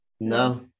No